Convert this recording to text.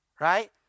Right